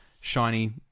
shiny